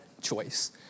choice